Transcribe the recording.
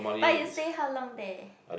but you stay how long there